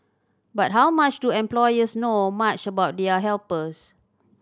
but how much do employers know much about their helpers